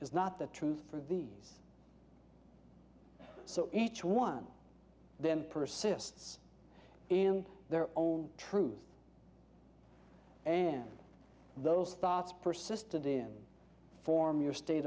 is not the truth for these so each one them persists in their own truth and those thoughts persisted in form your state